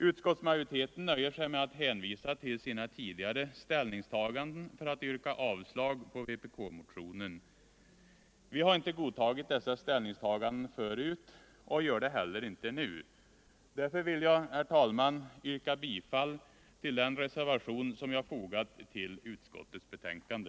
Utskottsmajoriteten nöjer sig med att hänvisa till sina tidigare ställnings taganden för att yrka avslag på vpk-motionen. Vi har inte godtagit dessa ställningstaganden förut och gör det heller inte nu. Därför vill jag, herr talman, yrka bifall till den reservation som jag fogat till utskottets betänkande.